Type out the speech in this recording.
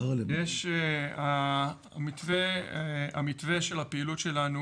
המתווה של הפעילות שלנו,